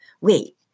wait